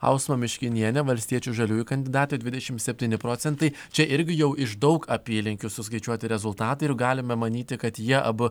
ausva miškinienė valstiečių žaliųjų kandidatė dvidešimt septyni procentai čia irgi jau iš daug apylinkių suskaičiuoti rezultatai ir galime manyti kad jie abu